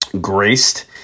graced